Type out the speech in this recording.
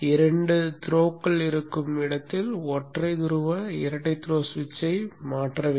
இரண்டு த்ரோகள் இருக்கும் இடத்தில் ஒற்றை துருவ இரட்டை த்ரோ சுவிட்சை மாற்ற வேண்டும்